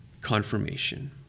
confirmation